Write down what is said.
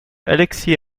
alexis